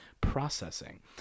processing